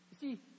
see